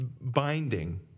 binding